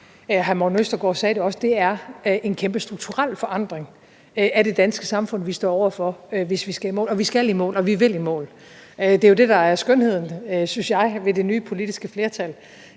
hr. Morten Østergaard sagde det også – så er det en kæmpe strukturel forandring af det danske samfund, vi står over for, hvis vi skal i mål. Og vi skal i mål, og vi vil i mål. Det er jo det, der er skønheden, synes jeg, ved det nye politiske flertal,